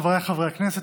חבריי חברי הכנסת,